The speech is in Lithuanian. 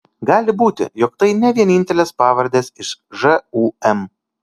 gali būti jog tai ne vienintelės pavardės iš žūm